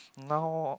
now